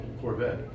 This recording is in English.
Corvette